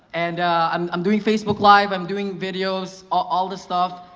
and um i'm doing facebook live, i'm doing videos, all the stuff.